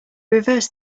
reversed